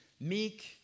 meek